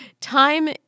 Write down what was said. time